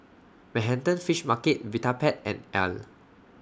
Manhattan Fish Market Vitapet and Elle